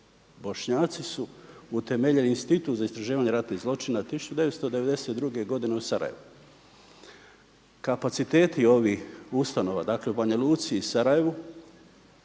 Bošnjaci su utemeljili Institut za istraživanje ratnih zločina 1992. godine u Sarajevu. Kapaciteti ovih ustanova dakle u Banja Luci i Sarajevu